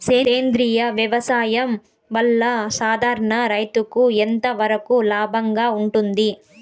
సేంద్రియ వ్యవసాయం వల్ల, సాధారణ రైతుకు ఎంతవరకు లాభంగా ఉంటుంది?